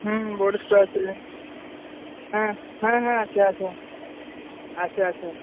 হুম বড়ো শু আছে হ্যাঁ হ্যাঁ হ্যাঁ আছে আছে আছে আছে